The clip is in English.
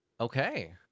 okay